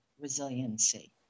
resiliency